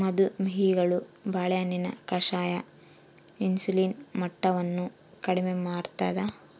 ಮದು ಮೇಹಿಗಳು ಬಾಳೆಹಣ್ಣಿನ ಕಷಾಯ ಇನ್ಸುಲಿನ್ ಮಟ್ಟವನ್ನು ಕಡಿಮೆ ಮಾಡ್ತಾದ